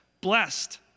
blessed